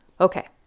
Okay